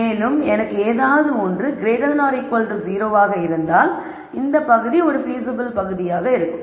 மேலும் எனக்கு ஏதாவது ஒன்று 10 ஆக இருந்தால் இந்த பகுதி ஒரு பீசிபில் பகுதியாக இருக்கும்